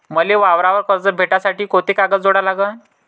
मले वावरावर कर्ज भेटासाठी कोंते कागद जोडा लागन?